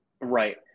Right